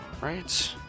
Right